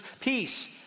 peace